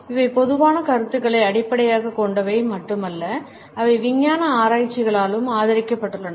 இவை பொதுவான கருத்துக்களை அடிப்படையாகக் கொண்டவை மட்டுமல்ல அவை விஞ்ஞான ஆராய்ச்சிகளாலும் ஆதரிக்கப்பட்டுள்ளன